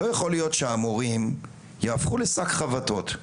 לא יכול להיות שהמורים יהפכו לשק חבטות,